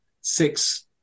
six